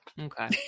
okay